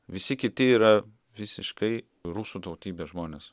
visi kiti yra visiškai rusų tautybės žmonės